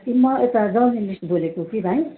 ए म यता जर्नलिस्ट बोलेको कि भाइ